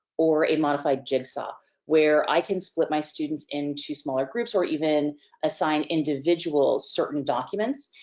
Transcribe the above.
or a modified jigsaw where i can split my students into smaller groups, or even assign individuals certain documents.